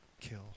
kill